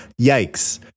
yikes